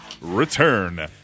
return